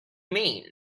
mean